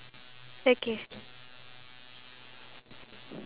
ya I feel like the most important thing